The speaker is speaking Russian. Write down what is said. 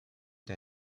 для